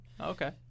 Okay